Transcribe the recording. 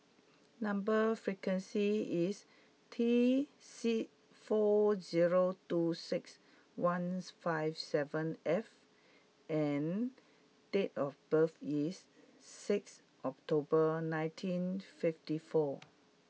number sequence is T four zero two six one five seven F and date of birth is sixth October nineteen fifty four